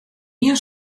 ien